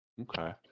okay